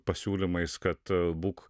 pasiūlymais kad būk